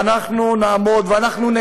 ואנחנו נעמוד ואנחנו,